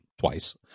twice